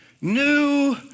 new